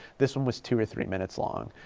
this one was two or three minutes long.